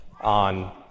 on